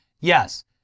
Yes